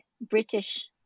British